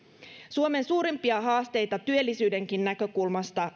suomen suurimpia haasteita työllisyydenkin näkökulmasta